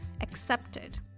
accepted